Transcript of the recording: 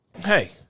hey